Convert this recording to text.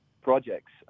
projects